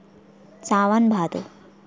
सावन भादो